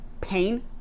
pain